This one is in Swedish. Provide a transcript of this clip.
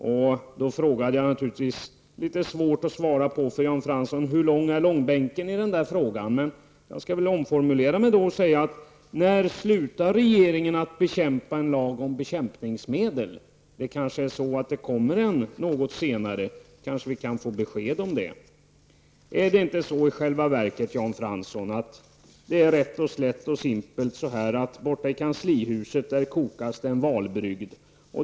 Jag frågade naturligtvis, vilket var litet svårt för Jan Fransson att svara på: Hur lång är långbänken i den där frågan? Men jag skall väl omformulera mig och säga: När slutar regeringen att bekämpa en lag om bekämpningsmedel? Det kanske kommer en något senare, kanske vi kan få besked om det. Är det inte i själva verket så, Jan Fransson, att det rätt och slätt och simpelt borta i kanslihuset kokas en valbrygd?